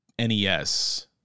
NES